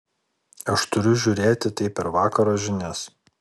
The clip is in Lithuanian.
aš turiu žiūrėti tai per vakaro žinias